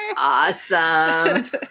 awesome